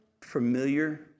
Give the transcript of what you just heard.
familiar